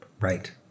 Right